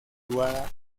situada